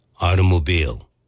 automobile